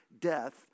death